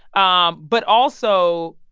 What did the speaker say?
um but also,